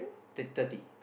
ten thirty